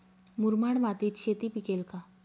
मुरमाड मातीत शेती पिकेल का?